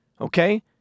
Okay